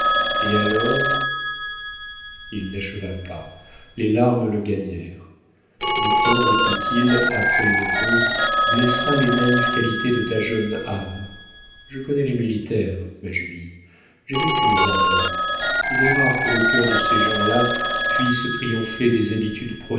et alors il n'acheva pas les larmes le gagnèrent victor reprit-il après une pause blessera les naïves qualités de ta jeune âme je connais les militaires ma julie j'ai vécu aux armées il est rare que le cœur de ces gens-là puisse triompher des habitudes